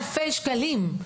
אלפי שקלים.